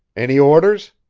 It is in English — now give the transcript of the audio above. any orders?